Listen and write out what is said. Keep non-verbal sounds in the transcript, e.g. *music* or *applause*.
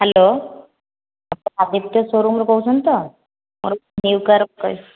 hello *unintelligible* Aditya ସୋରୁମ୍ରୁ କହୁଛନ୍ତି ତ ମୋର ଗୋଟେ ନ୍ୟୁ କାର୍ *unintelligible*